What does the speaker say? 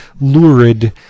lurid